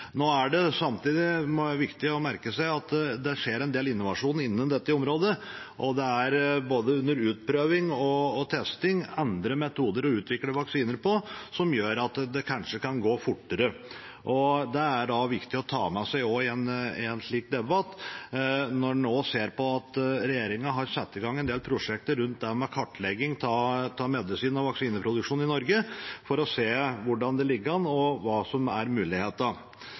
Nå er det samtidig viktig å merke seg at det skjer en del innovasjon innen dette området. Det er under både utprøving og testing andre metoder å utvikle vaksiner på som gjør at det kanskje kan gå fortere. Det er det viktig å ta med seg i en slik debatt, når en nå ser at regjeringen har satt i gang en del prosjekter rundt kartlegging av medisin- og vaksineproduksjon i Norge for å se hvordan det ligger an, og hva mulighetene er.